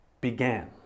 began